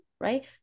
right